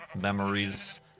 memories